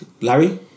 Larry